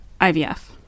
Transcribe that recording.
ivf